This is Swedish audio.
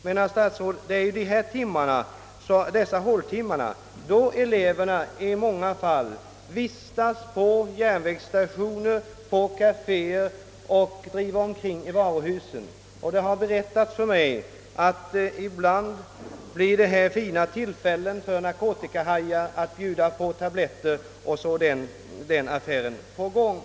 Men, herr statsråd, under dessa håltimmar håller eleverna ofta till på järnvägsstationer och kaféer eller driver omkring i varuhusen, och då — har det berättats mig — har narkotikahajar fina tillfällen att bjuda på tabletter. Sedan är den affären på gång.